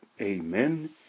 amen